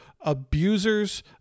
abusers